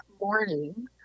morning